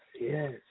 yes